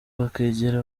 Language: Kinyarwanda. bakegera